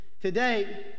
Today